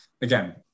Again